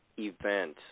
event